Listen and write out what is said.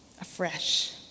afresh